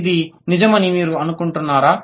ఇది నిజమని మీరు అనుకుంటున్నారా